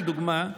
לדוגמה,